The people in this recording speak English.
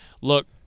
look